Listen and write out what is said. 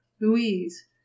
Louise